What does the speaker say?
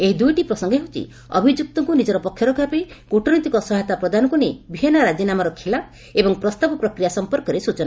ଏହି ଦୁଇଟି ପ୍ରସଙ୍ଗ ହେଉଛି ଅଭିଯୁକ୍ତଙ୍କୁ ନିଜର ପକ୍ଷ ରଖିବା ପାଇଁ କୃଟନୈତିକ ସହାୟତା ପ୍ରଦାନକୁ ନେଇ ଭିଏନା ରାଜିନାମାର ଖିଲାଫ ଏବଂ ପ୍ରସ୍ତାବ ପ୍ରକ୍ରିୟା ସମ୍ପର୍କରେ ସ୍ୱଚନା